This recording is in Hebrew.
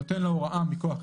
נותן הוראה מכוח הסכם,